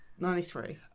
93